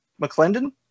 McClendon